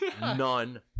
none